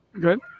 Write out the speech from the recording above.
good